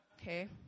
Okay